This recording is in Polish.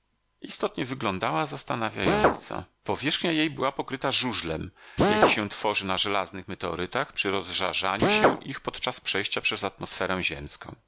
istotnie wyglądała zastanawiająco powierzchnia jej była pokryta żużlem jaki się tworzy na żelaznych meteorytach przy rozżarzaniu się ich podczas przejścia przez atmosferę ziemską